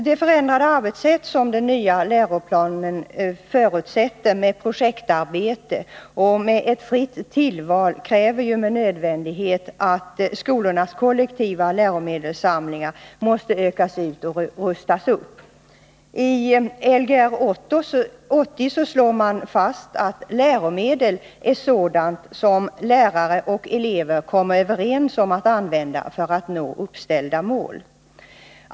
Det förändrade arbetssätt med projektarbeten och ett fritt tillval som den nya läroplanen förutsätter kräver med nödvändighet att skolornas kollektiva läromedelssamlingar ökas ut och rustas upp. I Lgr 80 slås det fast att läromedel är sådant som lärare och elever kommer överens om att använda för att nå uppställda mål.